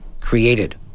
created